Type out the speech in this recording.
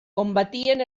combatien